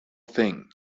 thing